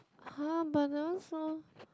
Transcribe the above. [huh] but that one so